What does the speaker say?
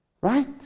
Right